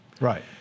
Right